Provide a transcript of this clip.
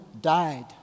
died